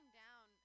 down